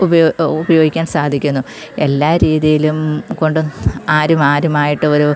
ഉപയോഗ് ഉപയോഗിക്കാൻ സാധിക്കുന്നു എല്ലാ രീതിയിലും കൊണ്ട് ആരും ആരുമായിട്ടും ഒരു